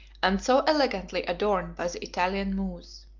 and so elegantly adorned by the italian muse.